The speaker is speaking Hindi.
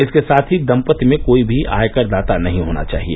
इसके साथ ही दम्पत्ति में कोई भी आयकर दाता नहीं होना चाहिए